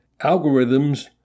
algorithms